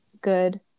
good